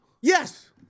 Yes